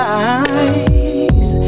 eyes